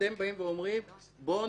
אתם באים ואומרים: בואו